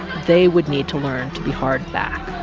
they would need to learn to be hard back